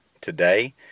Today